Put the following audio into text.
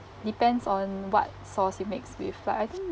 depends on what sauce you mix with but I think